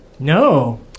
No